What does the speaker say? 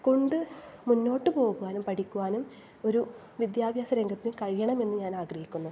കൊണ്ട് മുന്നോട്ട് പോകുവാനും പഠിക്കുവാനും ഒരു വിദ്യാഭ്യാസ രംഗത്തിന് കഴിയണമെന്ന് ഞാൻ ആഗ്രഹിക്കുന്നു